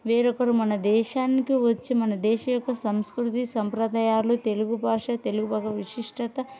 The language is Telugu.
వేరొకరు మన దేశానికి వచ్చి మన దేశ యొక్క సంస్కృతి సంప్రదాయాలు తెలుగు భాష తెలుగు భాష విశిష్టత